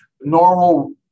normal